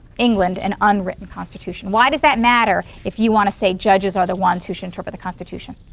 england, an unwritten constitution. why does that matter? if you want to say judges are the ones who should interpret the constitution,